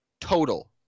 total